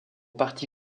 parti